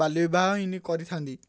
ବାଲ୍ୟବିବାହ ହିଁ କରିଥାନ୍ତି